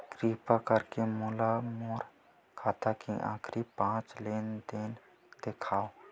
किरपा करके मोला मोर खाता के आखिरी पांच लेन देन देखाव